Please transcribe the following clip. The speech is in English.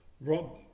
Rob